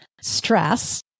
stress